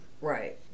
Right